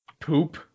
poop